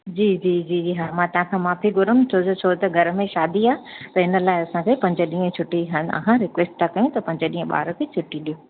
जी जी जी हा मां तव्हांखां माफ़ी घुरंदमि छोजो छो त घर में शादी आहे त हिन लाइ असांखे पंज ॾींहं छुटी असां तव्हांखां रिक्वैस्ट था कयूं त पंज ॾींहं ॿार खे छुटी ॾियो